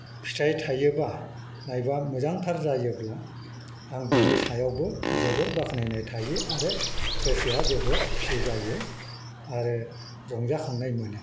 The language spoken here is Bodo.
फिथाइ थायोबा नायबा मोजांथार जायोब्ला आं बिनि सायावबो जोबोद बाख्नायनाय थायो आरो गोसोआ जोबोद खुसि जायो आरो रंजाखांनाय मोनो